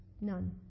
None